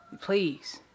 Please